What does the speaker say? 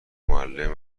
معلم